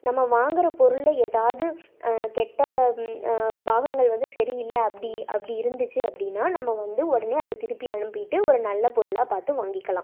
நம்ம வாங்குகிற பொருளில் ஏதாவது கெட்ட பாகங்கள் வந்து சரியில்லை அப்படி அப்படி இருந்துச்சு அப்படின்னா நம்ம வந்து உடனே அதை திருப்பி அனுப்பிட்டு ஒரு நல்ல பொருளாக பார்த்து வாங்கிக்கலாம்